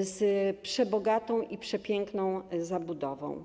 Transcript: z przebogatą i przepiękną zabudową.